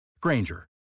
Granger